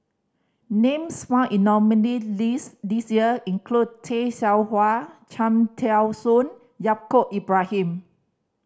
names found in nominee' list this year include Tay Seow Huah Cham Tao Soon and Yaacob Ibrahim